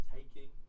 Taking